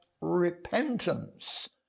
repentance